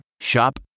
Shop